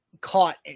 Caught